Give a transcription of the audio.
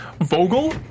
Vogel